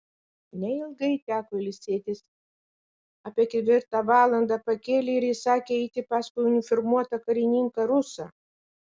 neilgai teko ilsėtis apie ketvirtą valandą pakėlė ir įsakė eiti paskui uniformuotą karininką rusą